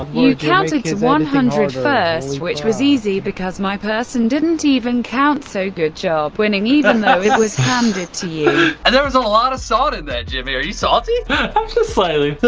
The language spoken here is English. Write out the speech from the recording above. you counted to one hundred first which was easy because my person didn't even count so good job winning even though it was handed to you. and there was a lot of salt in that jimmy. are you salty? i'm just slightly.